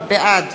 בעד